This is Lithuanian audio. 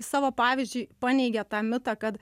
savo pavyzdžiui paneigė tą mitą kad